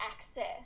access